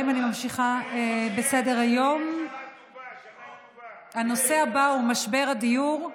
נעבור להצעות לסדר-היום בנושא: משבר הדיור,